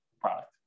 product